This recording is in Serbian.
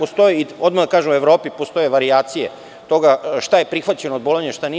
Odmah da kažem, u Evropi postoje varijacije toga šta je prihvaćeno od Bolonje, a šta nije.